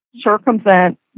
circumvent